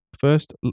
first